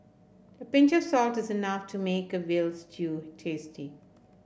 a pinch of salt is enough to make a veal stew tasty